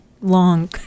long